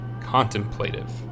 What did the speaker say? contemplative